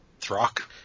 Throck